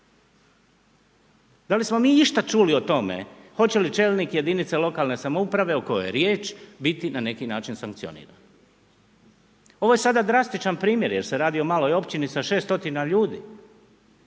Da li smo mi išta čuli o tome hoće li čelnik jedinice lokalne samouprave o kojoj je riječ biti na neki način sankcioniran? Ovo je sada drastičan primjer jer se radi o maloj općini sa 600 ljudi,